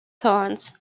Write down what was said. thorns